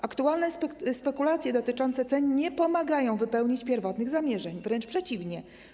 Aktualne spekulacje dotyczące cen nie pomagają wypełnić pierwotnych zamierzeń - wręcz przeciwnie.